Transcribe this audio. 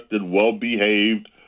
well-behaved